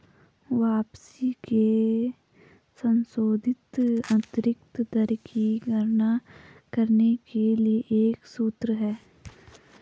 वापसी की संशोधित आंतरिक दर की गणना करने के लिए एक सूत्र है